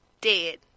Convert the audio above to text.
dead